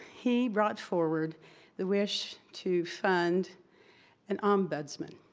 he brought forward the wish to fund an ombudsman.